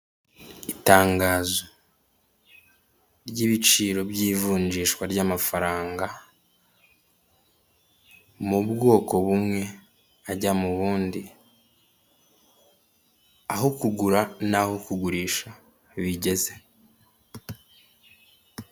Itangazo ry'ibiciro by'ivunjishwa ry'amafaranga mu bwoko bumwe, ajya mu bundi aho kugura naho kugurisha bigeze.